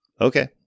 Okay